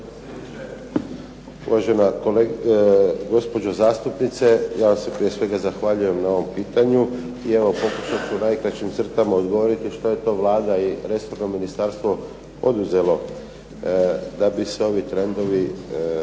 Uvažena gospođo zastupnice, ja vam se prije svega zahvaljujem na ovom pitanju, i evo pokušat ću u najkraćim crtama odgovoriti šta je to Vlada i resorno ministarstvo poduzelo da bi se ovi trendovi